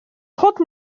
trente